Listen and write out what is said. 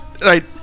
Right